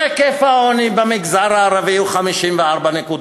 שהיקף העוני במגזר הערבי הוא 54.3%,